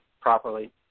properly